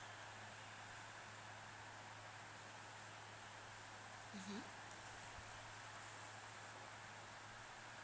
mmhmm